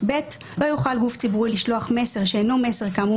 (ב)לא יוכל גוף ציבורי לשלוח מסר שאינו מסר כאמור